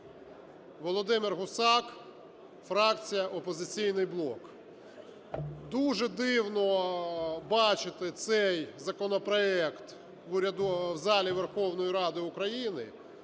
Володимир Гусак, фракція "Опозиційний блок". Дуже дивно бачити цей законопроект в залі Верховної Ради України.